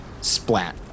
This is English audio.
splat